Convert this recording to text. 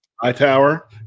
Hightower